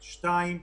שנית,